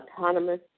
autonomous